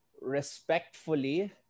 respectfully